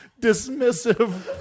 dismissive